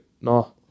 no